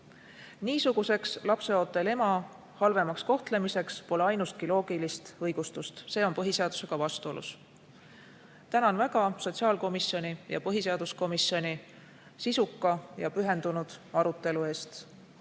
Niisuguseks lapseootel ema halvemaks kohtlemiseks pole ainustki loogilist õigustust, see on põhiseadusega vastuolus. Tänan väga sotsiaalkomisjoni ja põhiseaduskomisjoni sisuka ja pühendunud arutelu eest.